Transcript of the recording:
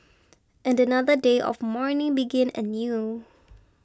and another day of mourning began anew